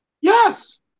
Yes